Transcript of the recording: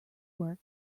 work